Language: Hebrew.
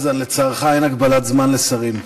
הכנסת חזן, לצערך, אין הגבלת זמן לשרים.